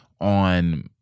on